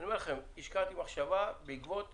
השקעתי מחשבה בעקבות